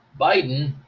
Biden